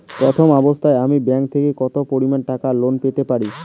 প্রথম অবস্থায় আমি ব্যাংক থেকে কত পরিমান টাকা লোন পেতে পারি?